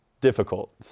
difficult